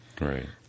Right